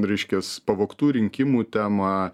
reiškias pavogtų rinkimų tema